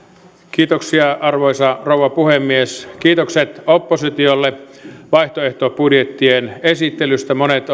minuuttia arvoisa rouva puhemies kiitokset oppositiolle vaihtoehtobudjettien esittelystä monet